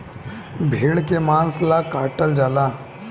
भेड़ के मांस ला काटल जाला